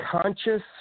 conscious